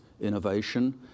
innovation